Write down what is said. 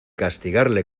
castigarle